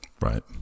Right